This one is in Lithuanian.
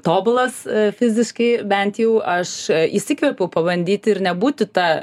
tobulas fiziškai bent jau aš įsikvėpiau pabandyti ir nebūti ta